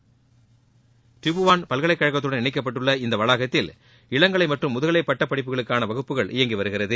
ட்ரிபுவான் பல்கலைக் கழகத்துடன் இணைக்கப்பட்டுள்ள இவ்வளாகத்தில் இளங்கலை மற்றம் முதுகலை பட்டப்படிப்புகளுக்கான வகுப்புகள் இயங்கி வருகிறது